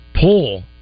pull